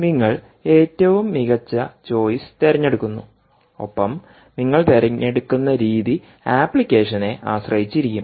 നിങ്ങൾ ഏറ്റവും മികച്ച ചോയ്സ് തിരഞ്ഞെടുക്കുന്നു ഒപ്പം നിങ്ങൾ തിരഞ്ഞെടുക്കുന്ന രീതി ആപ്ലിക്കേഷനെ ആശ്രയിച്ചിരിക്കും